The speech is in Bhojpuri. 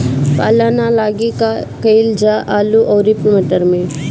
पाला न लागे का कयिल जा आलू औरी मटर मैं?